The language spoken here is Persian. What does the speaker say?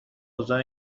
اوضاع